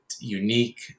unique